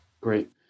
Great